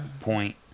point